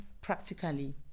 practically